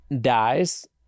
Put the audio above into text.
dies